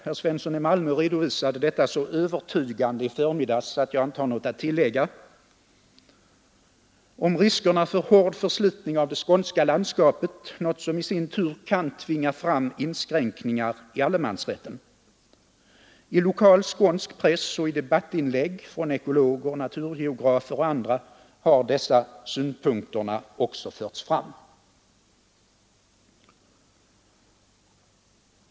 Herr Svensson i Malmö redovisade detta så övertygande i förmiddags att jag inte har något att tillägga om riskerna för hård förslitning av det skånska landskapet, något som i sin tur kan tvinga fram inskränkningar i allemansrätten. I lokal skånsk press och i debattinlägg från ekologer, naturgeografer och andra har dessa synpunkter också förts fram.